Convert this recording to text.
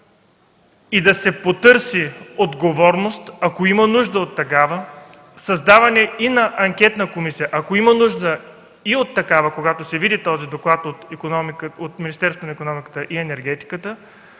и да се потърси отговорност, ако има нужда от такава, създаване и на анкетна комисия, ако има нужда и от такава, когато се види докладът на Министерството на икономиката и енергетиката,